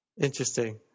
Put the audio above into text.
Interesting